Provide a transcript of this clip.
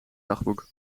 dagboek